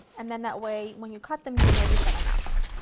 and then that way when you cut them, you know you've got enough.